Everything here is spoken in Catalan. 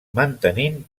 mantenint